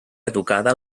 educada